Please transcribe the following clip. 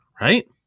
right